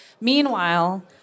Meanwhile